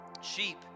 sheep